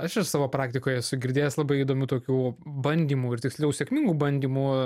aš savo praktikoje esu girdėjęs labai įdomių tokių bandymų ir tiksliau sėkmingų bandymų